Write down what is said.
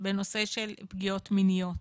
בנושא של פגיעות מיניות.